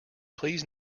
please